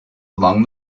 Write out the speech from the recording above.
along